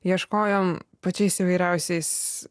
ieškojom pačiais įvairiausiais